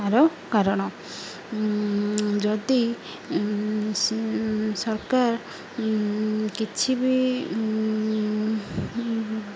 ଆର କାରଣ ଯଦି ସରକାର କିଛି ବି